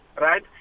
Right